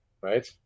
Right